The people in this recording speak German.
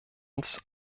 uns